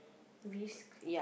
risk